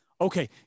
okay